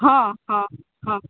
हँ हँ हँ